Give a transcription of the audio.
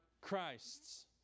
Christ's